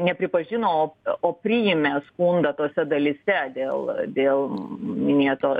nepripažino o o priėmė skundą tose dalyse dėl dėl minėto